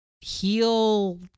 heal